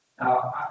Now